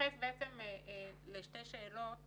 יתייחס לשתי שאלות